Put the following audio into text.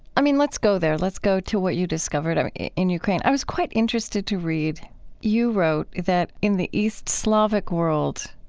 i mean, let's go there. let's go to what you discovered in ukraine. i was quite interested to read you wrote that in the east slavic world,